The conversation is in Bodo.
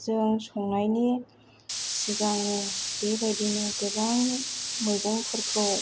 जों संनायनि सिगांनो बेबायदिनो गोबां मैगंफोरखौ